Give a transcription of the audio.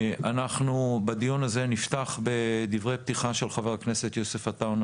אנחנו נפתח את הדיון הזה בדברי פתיחה של חבר הכנסת יוסף עטאונה,